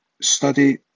study